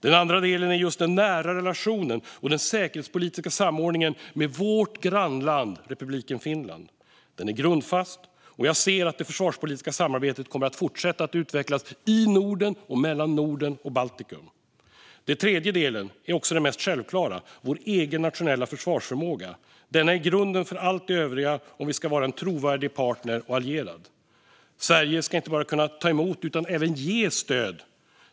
Den andra delen är just den nära relationen och den säkerhetspolitiska samordningen med vårt grannland republiken Finland. Den är grundfast, och jag ser att det försvarspolitiska samarbetet kommer att fortsätta utvecklas i Norden och mellan Norden och Baltikum. Den tredje delen är också den mest självklara: vår egen nationella försvarsförmåga. Denna är grunden för allt det övriga, om vi ska vara en trovärdig partner och allierad. Sverige ska kunna inte bara ta emot utan även ge stöd.